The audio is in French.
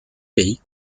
pays